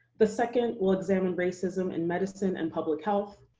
the second will examine racism in medicine and public health.